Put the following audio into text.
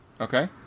Okay